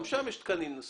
גם שם יש תקנים.